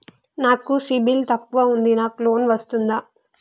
నాకు సిబిల్ తక్కువ ఉంది నాకు లోన్ వస్తుందా?